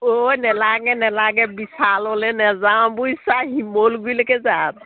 অঁ নালাগে নালাগে বিশাললৈ নাযাওঁ বুজিছা শিমলুগুৰিলৈকে যাম